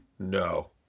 No